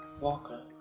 walker.